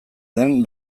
den